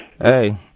Hey